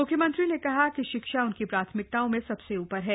मुख्यमंत्री ने कहा कि शिक्षा उनकी प्राथमिकताओं में सबसे ऊपर है